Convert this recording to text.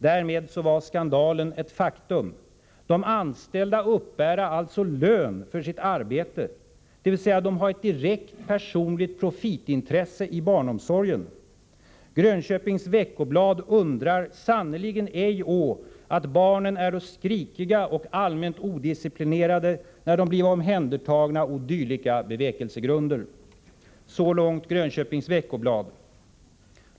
Därmed var skandalen ett faktum: De anställda uppbära alltså lön för sitt arbete — dvs. de ha ett direkt personligt profitintresse i barnomsorgen. GV undrar sannerligen ej å, att barnen äro skrikiga och allmänt odisciplinerade när de bliva omhändertagna å dylika bevekelsegrunder.” Så långt Grönköpings Veckoblad.